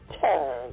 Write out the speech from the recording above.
turn